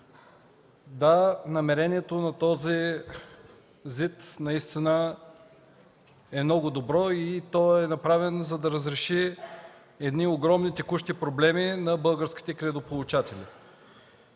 за изменение и допълнение наистина е много добро и той е направен, за да разреши едни огромни текущи проблеми на българските кредитополучатели.